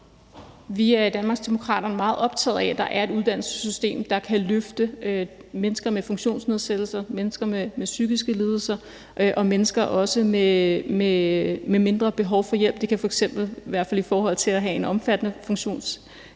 Vi er i Danmarksdemokraterne meget optaget af, at der er et uddannelsessystem, der kan løfte mennesker med funktionsnedsættelser, mennesker med psykiske lidelser og også mennesker med mindre behov for hjælp – det kan, i hvert fald i forhold til at have en omfattende funktionsnedsættelse,